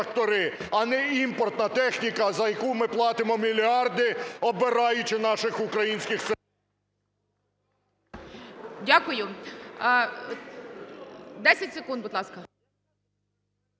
а не імпортна техніка, за яку ми платимо мільярди, обираючи наших українських… ГОЛОВУЮЧИЙ. Дякую. 10 секунд, будь ласка.